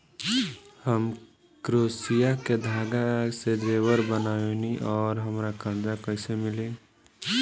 हम क्रोशिया के धागा से जेवर बनावेनी और हमरा कर्जा कइसे मिली?